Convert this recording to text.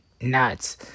nuts